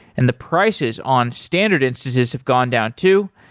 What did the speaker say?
and the prices on standard instances have gone down too.